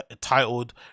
titled